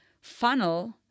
funnel